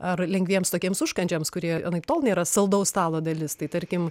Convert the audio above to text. ar lengviems tokiems užkandžiams kurie anaiptol nėra saldaus stalo dalis tai tarkim